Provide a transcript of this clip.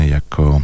Jako